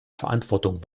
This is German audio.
verantwortung